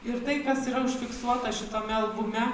ir tai kas yra užfiksuota šitame albume